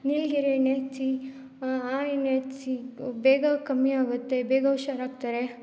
ನೀಲಗಿರಿ ಎಣ್ಣೆ ಹಚ್ಚಿ ಆ ಎಣ್ಣೆ ಹಚ್ಚಿ ಬೇಗ ಕಮ್ಮಿ ಆಗುತ್ತೆ ಬೇಗ ಹುಷಾರಾಗ್ತಾರೆ